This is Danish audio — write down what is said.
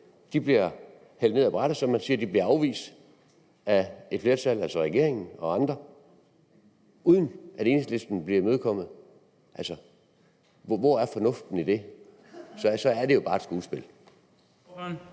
bliver hældt ned af brættet, som man siger, bliver afvist af et flertal, altså af regeringen og andre, uden at Enhedslisten bliver imødekommet? Altså, hvor er fornuften i det? Ellers så er det jo bare et skuespil.